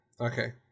okay